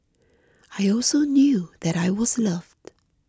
I also knew that I was loved